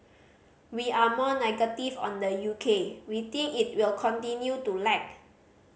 we are more negative on the U K we think it will continue to lag